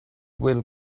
will